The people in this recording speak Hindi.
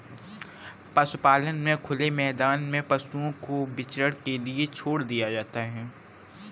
पशुपालन में खुले मैदान में पशुओं को विचरण के लिए छोड़ दिया जाता है